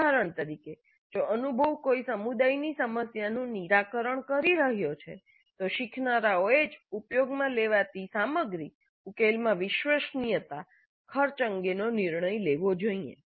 ઉદાહરણ તરીકે જો અનુભવ કોઈ સમુદાયની સમસ્યાનું નિરાકરણ કરી રહ્યો છે સંભવત જેની પહેલા આપણે ચર્ચા કરી છે તો શીખનારાઓએ જ ઉપયોગમાં લેવાતી સામગ્રી ઉકેલમાં વિશ્વસનીયતા ખર્ચ અંગે નિર્ણય લેવો જોઇએ